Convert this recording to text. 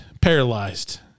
paralyzed